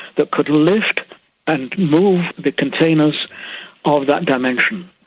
that could lift and move the containers of that dimension.